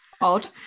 Odd